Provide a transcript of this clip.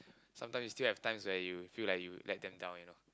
sometime you still have times where you feel like you let them down you know